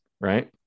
Right